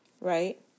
Right